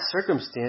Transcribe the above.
circumstance